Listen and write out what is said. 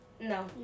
No